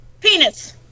Penis